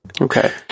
Okay